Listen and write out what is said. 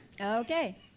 okay